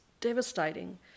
devastating